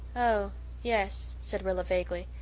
oh yes, said rilla vaguely.